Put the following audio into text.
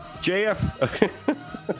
JF